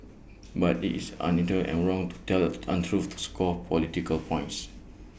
but IT is and wrong to tell untruths to score political points